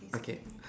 okay